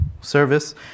service